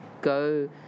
go